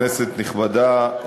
כנסת נכבדה,